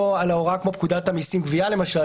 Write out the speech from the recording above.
על הוראה כמו פקודת המיסים גבייה למשל,